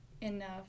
enough